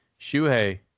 Shuhei